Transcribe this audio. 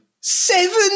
seven